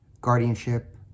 guardianship